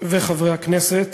וחברי הכנסת,